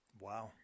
Wow